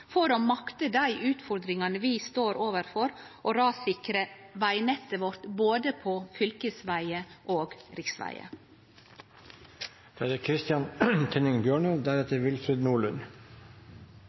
for å makte dei utfordringane vi står overfor med å rassikre vegnettet vårt både på fylkesvegar og på riksvegar. «Alle vegar fører alle stader hen.» Slik sier vi det